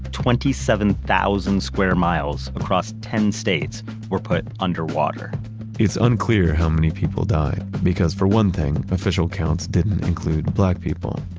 twenty seven thousand square miles across ten states were put underwater it's unclear how many people died because, for one thing, official counts didn't include black people,